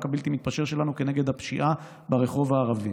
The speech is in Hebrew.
הבלתי-מתפשר שלנו כנגד הפשיעה ברחוב הערבי.